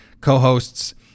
co-hosts